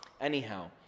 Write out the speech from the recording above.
Anyhow